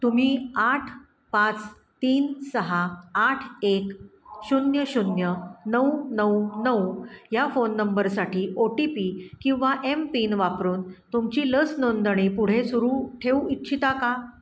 तुम्ही आठ पाच तीन सहा आठ एक शून्य शून्य नऊ नऊ नऊ ह्या फोन नंबरसाठी ओ टी पी किंवा एम पिन वापरून तुमची लस नोंदणी पुढे सुरू ठेऊ इच्छिता का